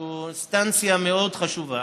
שהוא אינסטנציה מאוד חשובה,